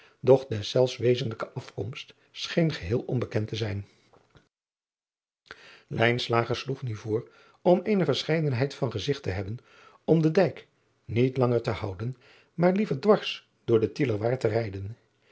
deszelfs wezenlijke afkomst scheen geheel onbekend te zijn sloeg nu voor om eene verscheidenheid van gezigt te hebben om den dijk niet langer te houden maar liever dwars door den ielerwaard te rijden